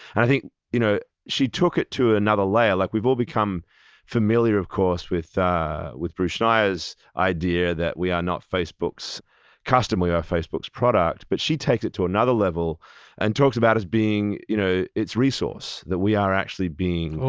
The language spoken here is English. i think you know she took it to another layer. like we've all become familiar, of course, with with bruce schneier's idea that we are not facebook's customer, we are facebook's product, but she takes us to another level and talks about us being you know its resource, that we are being,